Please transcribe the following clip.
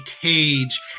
cage